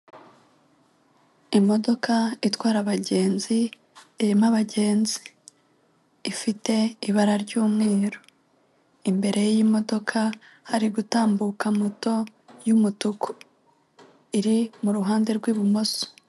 Imodoka itwara abagenzi, irimo abagenzi. Ifite ibara ry'umweru. Imbere y'imodoka hari gutambuka moto y'umutuku. Iri mu ruhande rw'ibumoso.